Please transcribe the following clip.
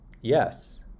Yes